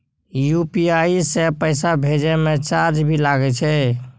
UPI से पैसा भेजै म चार्ज भी लागे छै?